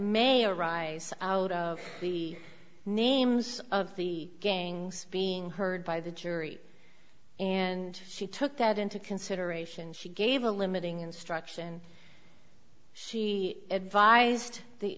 arise out of the names of the gang's being heard by the jury and she took that into consideration she gave a limiting instruction she advised she